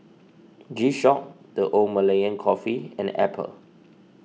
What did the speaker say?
G Shock the Old Malaya Cafe and Apple